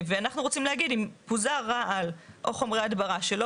ואנחנו רוצים להגיד שאם פוזר רעל או חומרי הדברה שלא